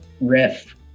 riff